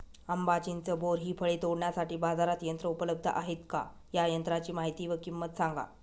आंबा, चिंच, बोर हि फळे तोडण्यासाठी बाजारात यंत्र उपलब्ध आहेत का? या यंत्रांची माहिती व किंमत सांगा?